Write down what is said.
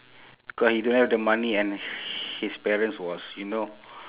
because he don't have the money and his parents was you know